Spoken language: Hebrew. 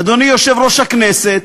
אדוני יושב-ראש הכנסת,